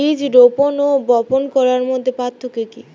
বীজ রোপন ও বপন করার মধ্যে পার্থক্য কি?